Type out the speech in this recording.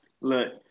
Look